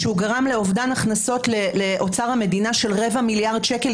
שהוא גרם לאובדן הכנסות לאוצר המדינה של רבע מיליארד שקלים.